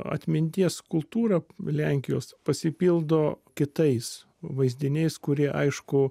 atminties kultūrą lenkijos pasipildo kitais vaizdiniais kurie aišku